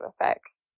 effects